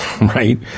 right